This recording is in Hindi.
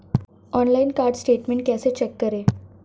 ऑनलाइन कार्ड स्टेटमेंट कैसे चेक करें?